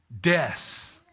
deaths